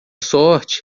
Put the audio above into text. sorte